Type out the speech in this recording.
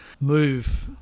move